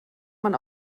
man